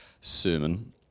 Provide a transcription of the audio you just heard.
sermon